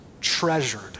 treasured